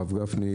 הרב גפני,